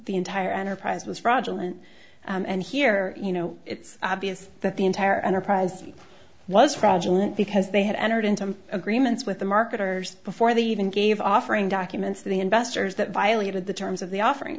entire enterprise was fraudulent and here you know it's obvious that the entire enterprise was fraudulent because they had entered into agreements with the marketers before they even gave offering documents the investors that violated the terms of the offering